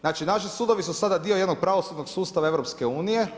Znači, naši sudovi su sada dio jednog pravosudnog sustava EU.